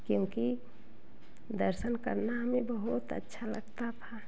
क्योंकि दर्शन करना हमें बहुत अच्छा लगता था